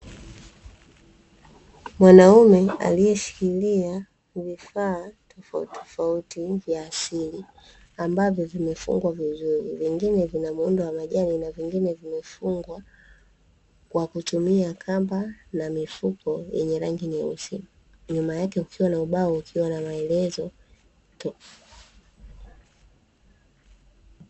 Wanafunzi wengi waliokaa katika eneo lililowezekwa juu lililo wazi, wameketi katika viti vya plastiki, pamoja na meza za mbao wakiwa wanasoma vitu fulani katika madaftari yao.